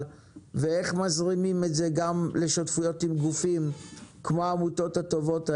ואיך מזרימים את זה גם לשותפויות עם גופים כמו העמותות הטובות האלה,